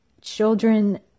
children